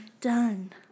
done